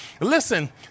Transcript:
Listen